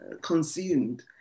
consumed